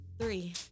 Three